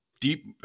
deep